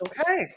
Okay